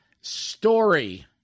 story